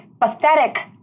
pathetic